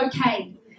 okay